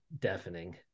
deafening